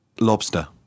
Lobster